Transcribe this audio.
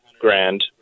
grand